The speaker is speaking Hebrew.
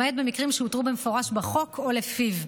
למעט מקרים שהותרו במפורש בחוק או לפיו.